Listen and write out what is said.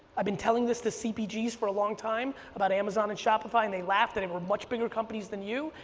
i've been telling this to cpgs for a long time about amazon and shopify and they laughed, and they and we're much bigger companies than you,